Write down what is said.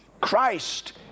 Christ